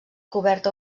cobert